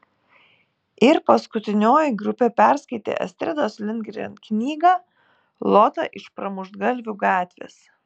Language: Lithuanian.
ir paskutinioji grupė perskaitė astridos lindgren knygą lota iš pramuštgalvių gatvės